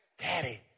Daddy